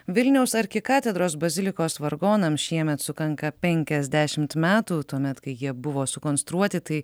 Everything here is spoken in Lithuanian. vilniaus arkikatedros bazilikos vargonams šiemet sukanka penkiasdešimt metų tuomet kai jie buvo sukonstruoti tai